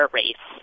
race